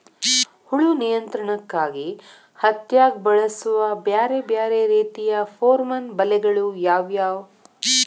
ಹುಳು ನಿಯಂತ್ರಣಕ್ಕಾಗಿ ಹತ್ತ್ಯಾಗ್ ಬಳಸುವ ಬ್ಯಾರೆ ಬ್ಯಾರೆ ರೇತಿಯ ಪೋರ್ಮನ್ ಬಲೆಗಳು ಯಾವ್ಯಾವ್?